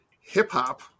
hip-hop